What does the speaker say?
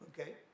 okay